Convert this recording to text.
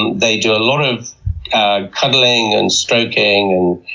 they do a lot of cuddling, and stroking,